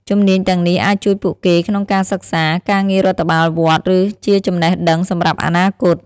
ជំនាញទាំងនេះអាចជួយពួកគេក្នុងការសិក្សា ការងាររដ្ឋបាលវត្ត ឬជាចំណេះដឹងសម្រាប់អនាគត។